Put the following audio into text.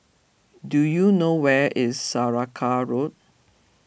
do you know where is Saraca Road